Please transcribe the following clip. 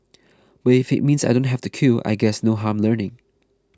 we if it means I don't have to queue I guess no harm learning